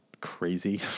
crazy